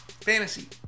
fantasy